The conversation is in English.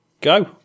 go